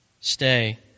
Stay